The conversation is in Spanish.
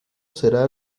será